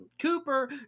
Cooper